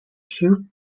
shoe